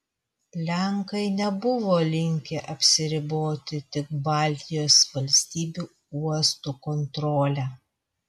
lenkai nebuvo linkę apsiriboti tik baltijos valstybių uostų kontrole